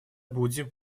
будем